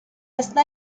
está